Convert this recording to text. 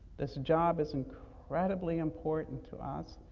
this job is incredibly important to us,